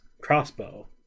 crossbow